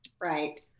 right